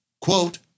quote